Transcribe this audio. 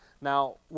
Now